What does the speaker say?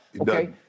Okay